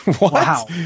Wow